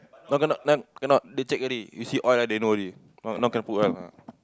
no cannot no cannot they checked already you see oil then know already now cannot put oil ah